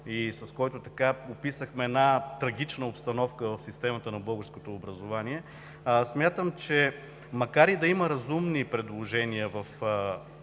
и, с който описахме една трагична обстановка в системата на българското образование, смятам, че, макар и да има разумни предложения в